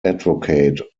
advocate